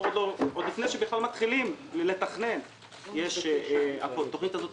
עוד לפני שבכלל מתחילים לתכנן התוכנית הזאת